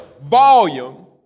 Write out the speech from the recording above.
volume